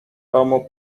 domu